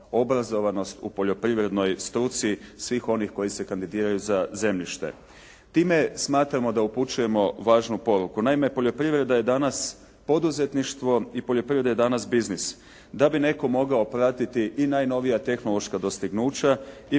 obrazovanost u poljoprivrednoj struci svih onih koji se kandidiraju za zemljište. Time smatramo da upućujemo važnu poruku. Naime, poljoprivreda je danas poduzetništvo i poljoprivreda je danas biznis, da bi netko mogao pratiti i najnovija tehnološka dostignuća i